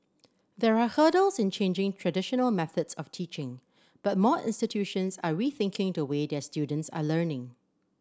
there are hurdles in changing traditional methods of teaching but more institutions are rethinking the way their students are learning